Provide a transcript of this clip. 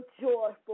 joyful